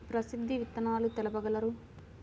ప్రసిద్ధ విత్తనాలు తెలుపగలరు?